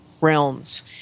realms